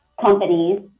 companies